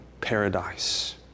paradise